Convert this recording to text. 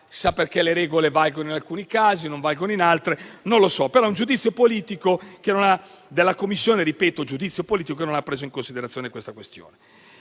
perché le regole valgano in alcuni casi e non in altri, ma è un giudizio politico della Commissione che non ha preso in considerazione la questione.